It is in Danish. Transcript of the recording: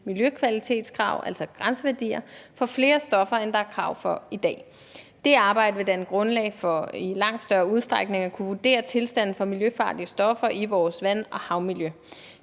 miljøkvalitetskrav, altså grænseværdier, for flere stoffer, end der er krav om i dag. Det arbejde vil danne grundlag for i langt større udstrækning at kunne vurdere tilstanden, hvad angår miljøfarlige stoffer i vores vand- og havmiljø.